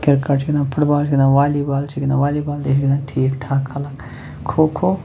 cricket چھِ گِنٛدان football چھِ گِنٛدان والی بال چھِ گِنٛدان والی بال تہِ چھِ گِنٛدان ٹھیٖک ٹھاک خلَق کھوٚو کھوٚو